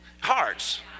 hearts